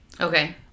Okay